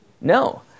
No